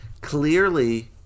clearly